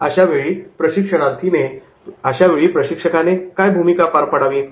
अशा वेळी प्रशिक्षकाने काय भूमिका पार पाडावी